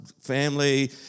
family